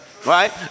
right